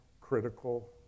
critical